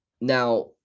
now